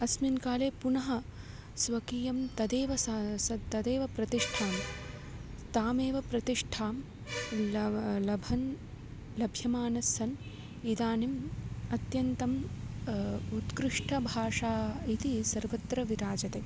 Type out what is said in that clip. अस्मिन् काले पुनः स्वकीयं तदेव सा सा तदेव प्रतिष्ठां तामेव प्रतिष्ठां लब् लभन् लभ्यमानास्सन् इदानीम् अत्यन्तम् उत्कृष्टाभाषा इति सर्वत्र विराजते